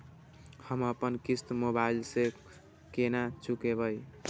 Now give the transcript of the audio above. हम अपन किस्त मोबाइल से केना चूकेब?